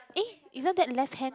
eh isn't that left hand